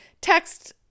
text